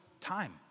time